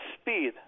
speed